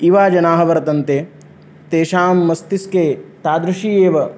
युवजनाः वर्तन्ते तेषां मस्तिष्के तादृशी एव